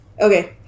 Okay